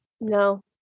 No